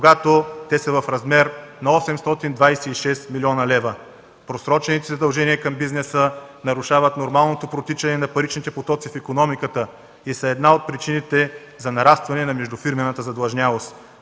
когато те са в размер на 826 млн. лв. Просрочените задължения към бизнеса нарушават нормалното протичане на паричните потоци в икономиката и са една от причините за нарастване на междуфирмената задлъжнялост